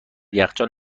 یخچال